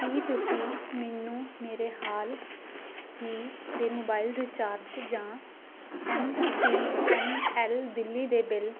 ਕੀ ਤੁਸੀਂ ਮੈਨੂੰ ਮੇਰੇ ਹਾਲ ਹੀ ਦੇ ਮੋਬਾਇਲ ਰਿਚਾਰਜ ਜਾਂ M T N L Delhi ਦੇ ਬਿੱਲ